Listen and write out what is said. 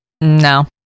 No